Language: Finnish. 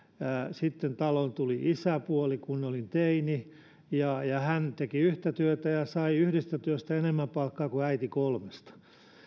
sitten taloon tuli isäpuoli kun olin teini ja ja hän teki yhtä työtä ja sai yhdestä työstä enemmän palkkaa kuin äiti kolmesta